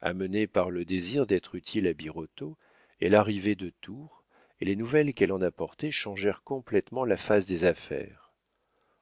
amenée par le désir d'être utile à birotteau elle arrivait de tours et les nouvelles qu'elle en apportait changèrent complétement la face des affaires